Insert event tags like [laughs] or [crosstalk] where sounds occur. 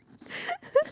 [laughs]